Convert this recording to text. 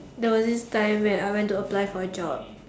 there was this time where I went to apply for a job